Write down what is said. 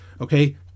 okay